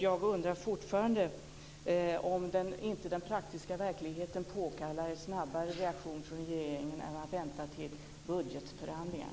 Jag undrar fortfarande om inte den praktiska verkligheten påkallar en snabbare reaktion från regeringen än att invänta budgetförhandlingar.